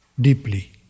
deeply